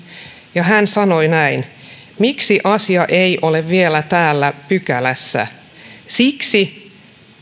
ja hän sanoi näin miksi asia ei ole vielä täällä pykälässä siksi